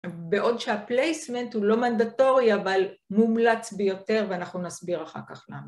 בעוד שהפלייסמנט הוא לא מנדטורי אבל מומלץ ביותר ואנחנו נסביר אחר כך למה.